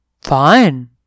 Fine